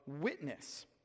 witness